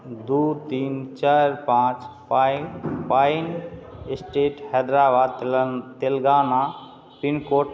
दू तीन चारि पाँच पानि पानि स्ट्रीट हैदराबाद तेलन तेलगाना पिनकोड